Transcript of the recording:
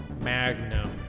magnum